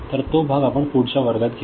तर तो भाग आपण पुढच्या वर्गात घेऊ